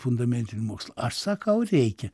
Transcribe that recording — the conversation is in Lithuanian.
fundamentinių mokslų aš sakau reikia